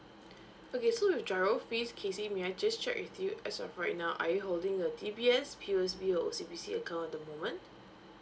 okay so the giro fees kesy may I just check with you as of right now are you holding the D_B_S P_O_S_B or O_C_B_C account at the moment